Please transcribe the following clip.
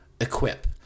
equip